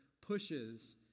pushes